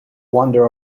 wonder